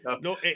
No